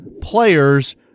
players